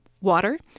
Water